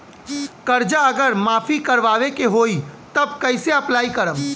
कर्जा अगर माफी करवावे के होई तब कैसे अप्लाई करम?